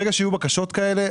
ברגע שיהיו בקשות כאלה,